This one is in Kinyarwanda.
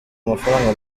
amafaranga